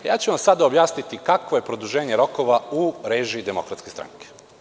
Ja ću vam sada objasniti kakvo je produženje rokova u režiji Demokratske stranke.